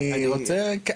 אני רוצה,